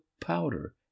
powder